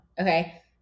Okay